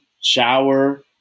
shower